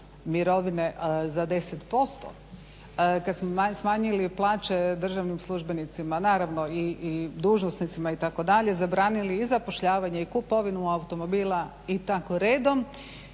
mirovine za 10%, kad smo smanjili plaće državnim službenicima, naravno i dužnosnicima itd., zabranili i zapošljavanje i kupovinu automobila i tako redom